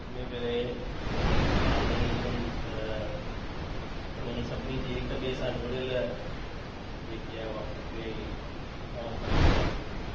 इने करे मां त ईअं चवंदुसि त इन सभिनी जी हिक ॿिए सां जुड़ियल जेकी आहे उही प्रक्रिया हीअ घणो करे कम अचे थी